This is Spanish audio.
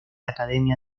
academia